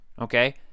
okay